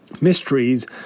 Mysteries